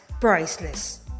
priceless